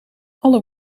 alle